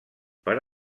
per